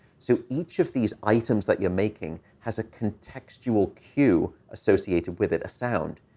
so each of these items that you're making has a contextual cue associated with it, a sound.